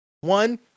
One